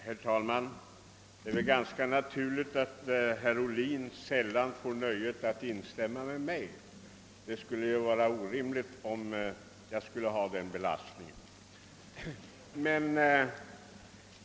Herr talman! Det är ganska naturligt att herr Ohlin sällan får nöjet att instämma med mig. Det skulle ju vara orimligt om jag finge vidkännas en sådan belastning.